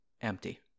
empty